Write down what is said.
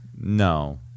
No